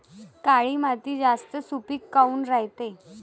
काळी माती जास्त सुपीक काऊन रायते?